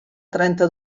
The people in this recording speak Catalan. trenta